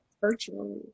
virtually